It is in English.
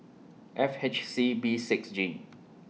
F H C B six G